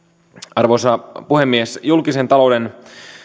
arvoisa puhemies julkisen talouden